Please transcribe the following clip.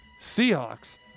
Seahawks